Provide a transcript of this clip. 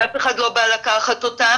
שאף אחד לא בא לקחת אותם,